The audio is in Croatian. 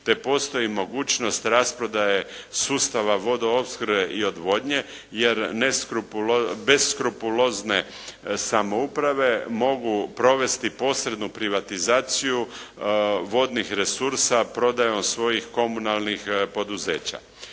te postoji mogućnost rasprodaje sustava vodoopskrbe i odvodnje jer beskrupulozne samouprave mogu provesti posrednu privatizaciju vodnih resursa prodajom svojih komunalnih poduzeća.